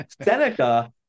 Seneca